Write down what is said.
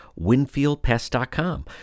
winfieldpest.com